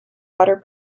water